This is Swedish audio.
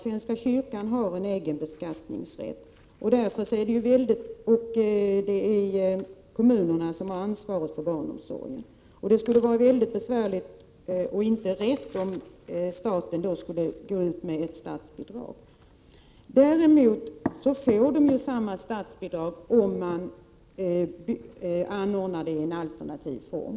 Svenska kyrkan har en egen beskattningsrätt, och det är kommunerna som har ansvaret för barnomsorgen. Det skulle vara mycket besvärligt och inte rätt om staten då skulle gå ut med ett statsbidrag. Däremot får man statsbidrag om man anordnar barnomsorg i alternativ form.